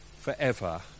forever